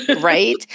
Right